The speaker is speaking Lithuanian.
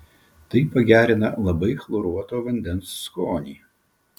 tai pagerina labai chloruoto vandens skonį